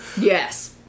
Yes